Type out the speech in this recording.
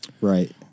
Right